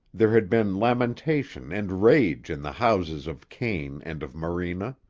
there had been lamentation and rage in the houses of kane and of morena.